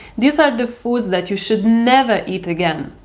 these are the foods, that you should never eat again.